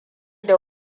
da